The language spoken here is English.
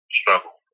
struggle